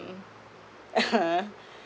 mm